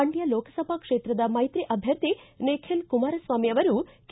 ಮಂಡ್ಟ ಲೋಕಸಭಾ ಕ್ಷೇತ್ರದ ಮೈತ್ರಿ ಅಭ್ವರ್ಥಿ ನಿಖಿಲ್ ಕುಮಾರಸ್ವಾಮಿ ಅವರು ಕೆ